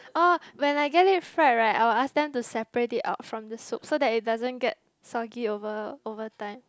oh when I get it fried right I'll ask them to separate it out from the soup so it doesn't get soggy over~ overtime